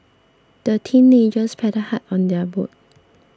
the teenagers paddled hard on their boat